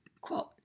quote